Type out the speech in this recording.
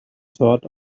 sort